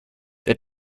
der